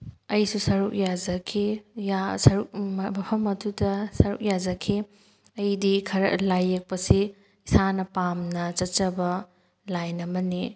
ꯑꯩꯁꯨ ꯁꯔꯨꯛ ꯌꯥꯖꯈꯤ ꯁꯔꯨꯛ ꯃꯐꯝ ꯑꯗꯨꯗ ꯁꯔꯨꯛ ꯌꯥꯖꯈꯤ ꯑꯩꯗꯤ ꯈꯔ ꯂꯥꯏ ꯌꯦꯛꯄꯁꯤ ꯏꯁꯥꯅ ꯄꯥꯝꯅ ꯆꯠꯆꯕ ꯂꯥꯏꯟ ꯑꯃꯅꯤ